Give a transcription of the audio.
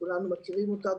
שכולנו מכירים אותה,